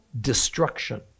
destruction